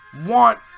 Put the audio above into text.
want